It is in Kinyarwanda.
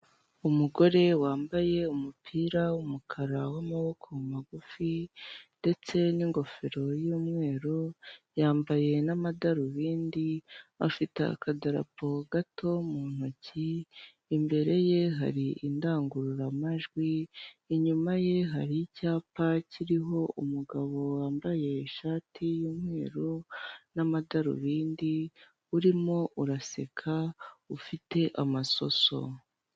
Umugore wambaye umupira wumukara w'amaboko magufi ndetse n'ingofero yumweru yambaye n'amadarubindi afite akadarapo gato mu ntoki imbere ye hari indangururamajwi, inyuma ye hari icyapa kiriho umugabo wambaye ishati yumweru n'amadarubindi urimo araseka ufite amasoso.